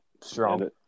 strong